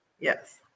Yes